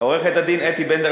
עורכת-דין אתי בנדלר,